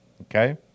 Okay